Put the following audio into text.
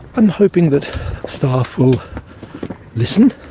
i'm hoping that staff will listen and